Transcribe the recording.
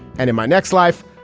and in my next life,